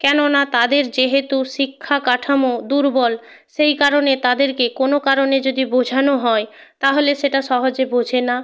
কেননা তাদের যেহেতু শিক্ষা কাঠামো দুর্বল সেই কারণে তাদেরকে কোনো কারণে যদি বোঝানো হয় তাহলে সেটা সহজে বোঝে না